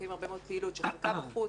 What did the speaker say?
מקיימים הרבה מאוד פעילות שחלקה בחוץ,